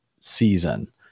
season